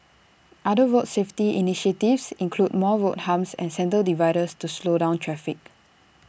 other road safety initiatives include more road humps and centre dividers to slow down traffic